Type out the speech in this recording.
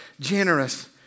generous